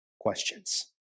questions